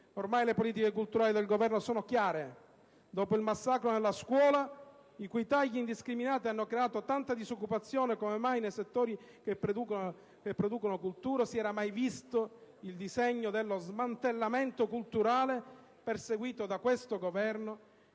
Ormai le politiche culturali del Governo sono chiare; dopo il massacro nella scuola, i cui tagli indiscriminati hanno creato tanta disoccupazione come mai si era mai vista nei settori che producono cultura, il disegno dello smantellamento culturale perseguito da questo Governo